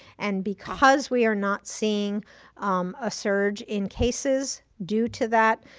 and because we are not seeing a surge in cases due to that,